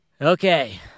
Okay